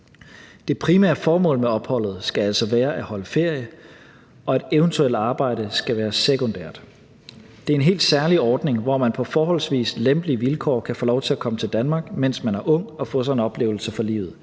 Det primære formål med opholdet skal altså være at holde ferie, og et eventuelt arbejde skal være sekundært. Det er en helt særlig ordning, hvor man på forholdsvis lempelige vilkår kan få lov til at komme til Danmark, mens man er ung, og få sig en oplevelse for livet.